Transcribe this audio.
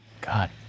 God